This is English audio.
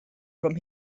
from